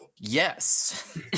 yes